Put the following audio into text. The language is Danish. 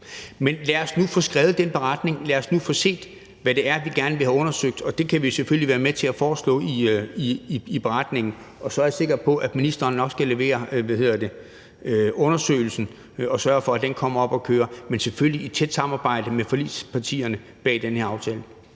Men lad os nu få skrevet den beretning, lad os nu få at se, hvad det er, vi gerne vil have undersøgt. Det kan vi selvfølgelig være med til at foreslå i beretningen. Så er jeg sikker på, at ministeren nok skal levere undersøgelsen og sørge for, at den kommer op at køre, men selvfølgelig i tæt samarbejde med forligspartierne bag den her aftale.